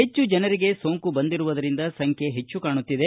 ಹೆಚ್ಚು ಜನರಿಗೆ ಸೋಂಕು ಬಂದಿರುವುದರಿಂದ ಸಂಚ್ಯೆ ಹೆಚ್ಚು ಕಾಣುತ್ತಿದೆ